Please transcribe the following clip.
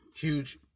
huge